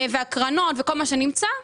והקרנות וכל מה שנמצא?